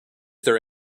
there